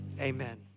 amen